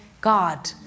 God